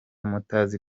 mutazi